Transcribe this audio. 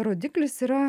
rodiklis yra